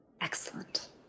Excellent